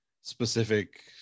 specific